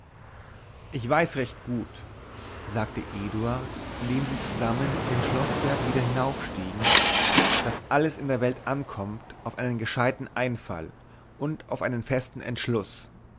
ich weiß recht gut sagte eduard indem sie zusammen den schloßberg wieder hinaufstiegen daß alles in der welt ankommt auf einen gescheiten einfall und auf einen festen entschluß